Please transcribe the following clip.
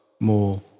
more